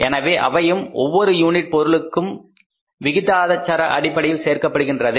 எனவே அவையும் ஒவ்வொரு யூனிட் பொருளுக்கும் விகிதாச்சார அடிப்படையில் சேர்க்கப்படுகின்றது